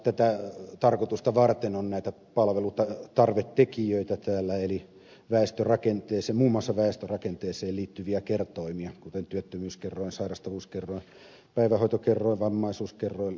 tätä tarkoitusta varten on näitä palvelutarvetekijöitä täällä eli muun muassa väestörakenteeseen liittyviä kertoimia kuten työttömyyskerroin sairastavuuskerroin päivähoitokerroin vammaisuuskerroin ja lastensuojelukerroin